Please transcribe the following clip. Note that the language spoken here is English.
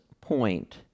point